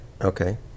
Okay